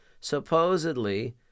Supposedly